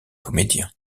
comédiens